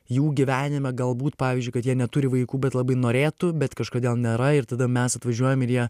jų gyvenime galbūt pavyzdžiui kad jie neturi vaikų bet labai norėtų bet kažkodėl nėra ir tada mes atvažiuojam ir jie